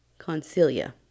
Concilia